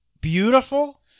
beautiful